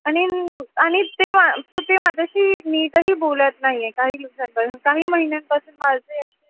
आणि आणि ते मा तं ते माझ्याशी नीटही बोलत नाहीये काही दिवसांपासून काही महिन्यांपासून माझं